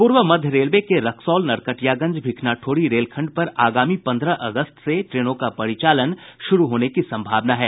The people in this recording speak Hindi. पूर्व मध्य रेलवे के रक्सौल नरकटियागंज भिखनाठोरी रेलखंड पर आगामी पन्द्रह अगस्त से ट्रेनों का परिचालन शुरू होने की संभावना है